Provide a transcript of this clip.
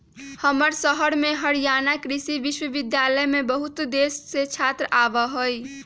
हमर शहर में हरियाणा कृषि विश्वविद्यालय में बहुत देश से छात्र आवा हई